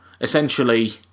essentially